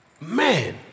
Man